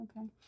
Okay